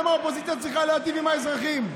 למה האופוזיציה צריכה להיטיב עם האזרחים?